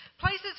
Places